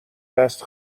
دست